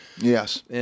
Yes